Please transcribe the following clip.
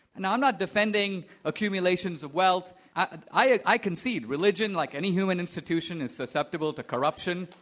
and i'm not defending accumulations of wealth. i concede, religion, like any human institution is susceptible to corruption,